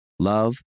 Love